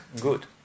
good